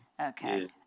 Okay